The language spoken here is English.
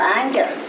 anger